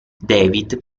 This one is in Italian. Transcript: david